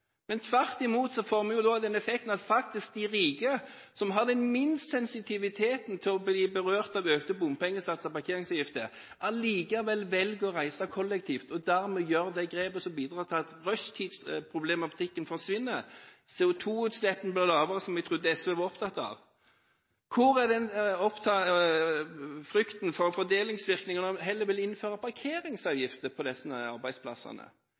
Tvert imot får vi den effekten at de rike, de med minst sensitivitet med hensyn til å bli berørt av økte bompengesatser og parkeringsavgifter, allikevel velger å reise kollektivt, og dermed gjør et grep som bidrar til at rushtidsproblemet forsvinner og CO2- utslippene blir lavere. Det trodde jeg SV var opptatt av. Hvor er frykten for fordelingsvirkningene når man heller vil innføre parkeringsavgifter på disse arbeidsplassene?